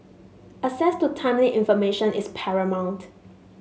access to timely information is paramount